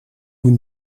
vous